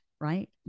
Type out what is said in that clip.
right